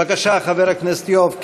בבקשה, חבר הכנסת יואב קיש.